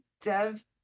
dev